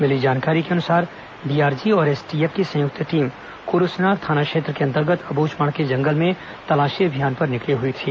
मिली जानकारी के अनुसार डीआरजी और एसटीएफ की संयुक्त टीम कुरूसनार थाना क्षेत्र के अंतर्गत अब्झमाड़ के जंगल में तलाशी अभियान पर निकली हुई थी